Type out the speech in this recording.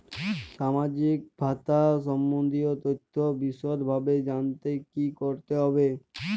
সামাজিক ভাতা সম্বন্ধীয় তথ্য বিষদভাবে জানতে কী করতে হবে?